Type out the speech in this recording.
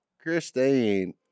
Christine